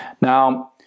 Now